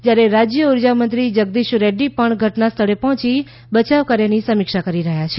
જ્યારે રાજ્ય ઉર્જામંત્રી જગદીશ રેડ્રી પણ ઘટનાસ્થળે પહોંચી બયાવકાર્યની સમીક્ષા કરી રહ્યા છે